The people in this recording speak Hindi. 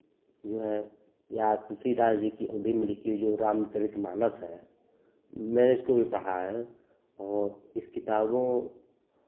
जो है या तुलसीदास जी की अवधी में लिखी हुई जो रामचरित मानस है मैंने इसको भी पढ़ा है औ इस किताबों